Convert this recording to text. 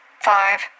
five